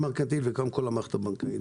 גם למרכנתיל וקודם כול למערכת הבנקאית,